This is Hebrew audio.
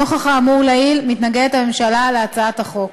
נוכח האמור לעיל, הממשלה מתנגדת להצעת החוק.